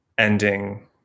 Ending